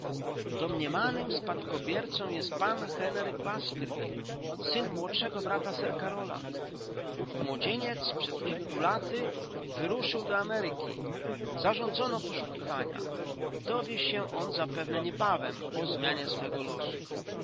baskerville hall domniemanym spadkobiercą jest pan henryk baskerville syn młodszego brata sir karola ów młodzieniec przed kilku laty wyruszył do ameryki zarządzono poszukiwania dowie się on zapewne niebawem o zmianie swego losu